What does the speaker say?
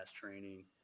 training